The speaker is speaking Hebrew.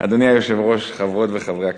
אדוני היושב-ראש, חברות וחברי הכנסת,